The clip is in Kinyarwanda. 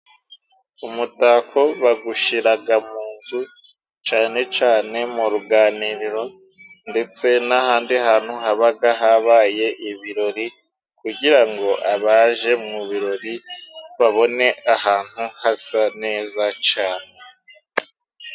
Umutako bawushira mu nzu cyane cyane mu ruganiriro, ndetse n'ahandi hantu haba habaye ibirori, kugira ngo abaje mu birori babone ahantu hasa neza cane.